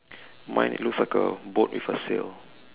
mine it looks like a boat with a sail